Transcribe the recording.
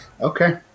Okay